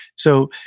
so,